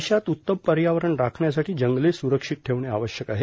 देशात उत्तम पर्यावरण राखण्यासाठी जंगले स्ररक्षित ठेवणे आवश्यक आहे